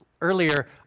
earlier